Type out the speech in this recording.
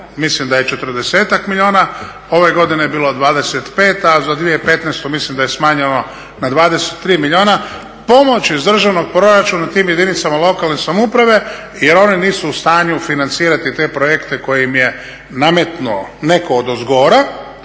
mislim da je 40-ak milijuna, ove godine je bilo 25 a za 2015. mislim da je smanjeno na 23 milijuna pomoći iz državnog proračuna tim jedinicama lokalne samouprave jer oni nisu u stanju financirati te projekte koje im je nametnuo netko odozgora,